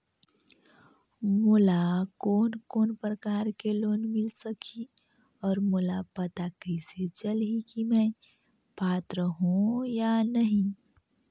मोला कोन कोन प्रकार के लोन मिल सकही और मोला पता कइसे चलही की मैं पात्र हों या नहीं?